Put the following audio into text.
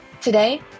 Today